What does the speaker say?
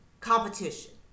competition